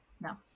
No